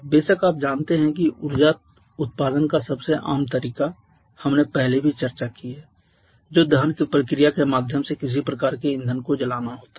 बेशक आप जानते हैं कि ऊर्जा उत्पादन का सबसे आम तरीका हमने पहले भी चर्चा की है जो दहन की प्रक्रिया के माध्यम से किसी प्रकार के ईंधन को जलाना होता है